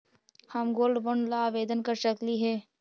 हम gold bond ला आवेदन कर सकली हे?